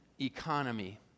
economy